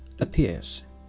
appears